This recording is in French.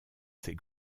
ses